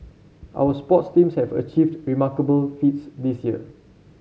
our sports teams have achieved remarkable feats this year